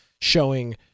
showing